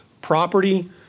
property